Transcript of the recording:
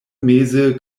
meze